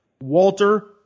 walter